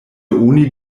oni